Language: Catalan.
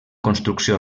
construcció